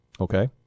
Okay